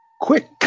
Quick